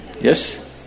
Yes